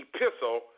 epistle